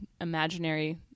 imaginary